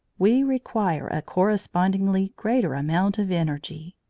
we require a correspondingly greater amount of energy.